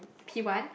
P one